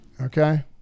Okay